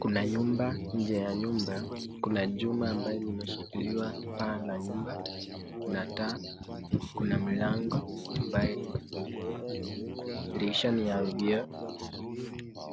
Kuna nyumba. Nje ya nyumba kuna chuma ambayo limeshikiliwa paa la nyumba kuna taa, kuna mlango ambaye imefunguliwa, dirisha ni ya vioo